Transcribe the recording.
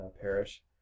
Parish